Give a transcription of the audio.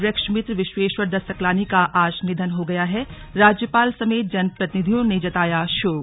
वृक्षमित्र विश्वेश्वर दत्त सकलानी का आज निधन हो गया हैराज्यपाल समेत जनप्रतिनिधियों ने जताया शोक